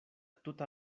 tuta